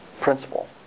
principle